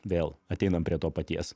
vėl ateinam prie to paties